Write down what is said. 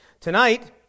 tonight